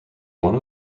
one